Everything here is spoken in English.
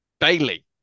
Bailey